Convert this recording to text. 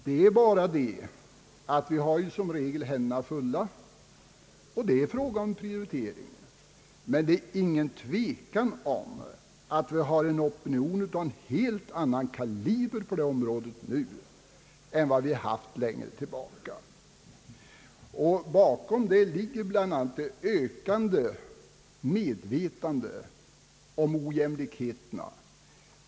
Det är bara det att vi som regel har händerna fulla och alltid måste tänka på en viss prioritering. Men det är ingen tvekan om att det nu finns en opinion av helt annan kaliber på detta område än tidigare. Bakom denna utveckling ligger bland annat det ökande medvetandet om ojämlikheterna.